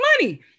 money